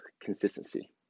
consistency